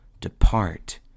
depart